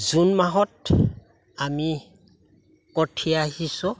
June মাহত আমি কঠীয়া সিঁছো